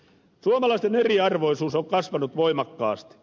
suomalaisten eriarvoisuus on kasvanut voimakkaasti